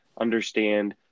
understand